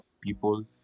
people